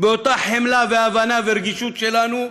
אותה חמלה והבנה ורגישות שלנו,